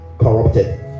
corrupted